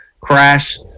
crash